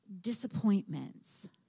disappointments